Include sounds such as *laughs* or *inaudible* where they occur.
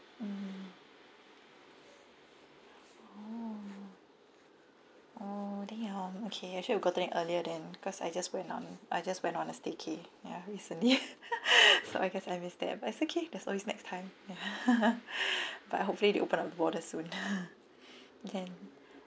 mm oh oh that ya okay actually should gotten it earlier then cause I just went on I just went on a staycay ya recently *laughs* so I guess I miss that but it's okay there's always next time ya *laughs* but hopefully they open up the border soon *laughs* can